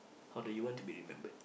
how do you want to be remembered